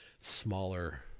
smaller